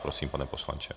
Prosím, pane poslanče.